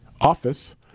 office